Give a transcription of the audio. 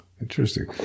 Interesting